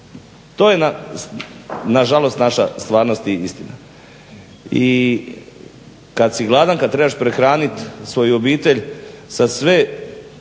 To je nažalost naša stvarnost i istina. I kad si gladan, kad trebaš prehraniti svoju obitelj sa sve